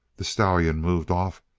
the stallion moved off,